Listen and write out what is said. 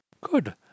Good